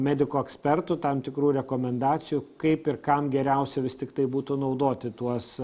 medikų ekspertų tam tikrų rekomendacijų kaip ir kam geriausia vis tiktai būtų naudoti tuos